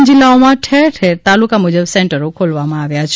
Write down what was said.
તમામ જિલ્લાઓમાં ઠેરઠેર તાલુકા મુજબ સેન્ટરી ખોલવામાં આવ્યાં છે